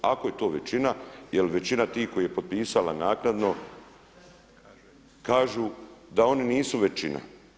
Ako je to većina jel većina tih koja je potpisala naknadno kažu da oni nisu većina.